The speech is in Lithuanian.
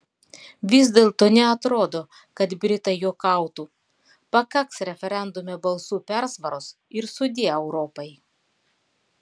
vis dėlto neatrodo kad britai juokautų pakaks referendume balsų persvaros ir sudie europai